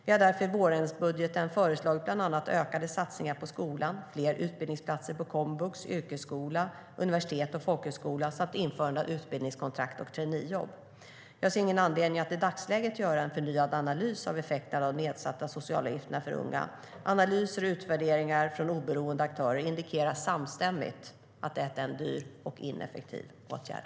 Vi har därför i vårändringsbudgeten föreslagit bland annat ökade satsningar på skolan, fler utbildningsplatser på komvux, yrkesskola, universitet och folkhögskola samt införande av utbildningskontrakt och traineejobb. Jag ser ingen anledning att i dagsläget göra en förnyad analys av effekterna av de nedsatta socialavgifterna för unga. Analyser och utvärderingar från oberoende aktörer indikerar samstämmigt att detta är en dyr och ineffektiv åtgärd.